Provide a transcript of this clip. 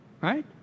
Right